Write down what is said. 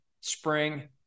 spring